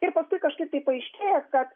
ir paskui kažkaip tai paaiškėja kad